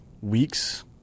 weeks